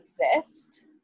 exist